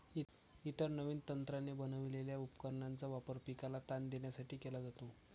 इतर नवीन तंत्राने बनवलेल्या उपकरणांचा वापर पिकाला ताण देण्यासाठी केला जातो